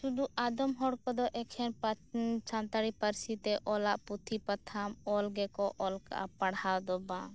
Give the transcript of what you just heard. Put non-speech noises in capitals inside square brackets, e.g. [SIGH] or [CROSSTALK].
ᱥᱩᱫᱷᱩ ᱟᱫᱚᱢ ᱦᱚᱲ ᱠᱚᱫᱚ ᱮᱠᱷᱮᱱ ᱯᱟᱛ [UNINTELLIGIBLE] ᱥᱟᱱᱛᱟᱲᱤ ᱯᱟᱨᱥᱤᱛᱮ ᱚᱞᱟᱜ ᱯᱩᱛᱷᱤ ᱯᱟᱛᱷᱟᱢ ᱚᱞ ᱜᱮᱠᱚ ᱚᱞ ᱠᱟᱜᱼᱟ ᱯᱟᱲᱦᱟᱣ ᱫᱚ ᱵᱟᱝ